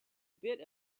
bit